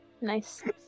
Nice